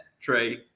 Trey